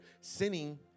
sinning